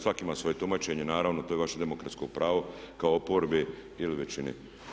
Svak' ima svoje tumačenje, naravno to je vaše demokratsko pravo kao oporbe ili većine.